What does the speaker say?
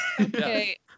Okay